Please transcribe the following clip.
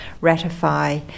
ratify